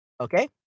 Okay